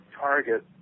target